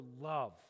love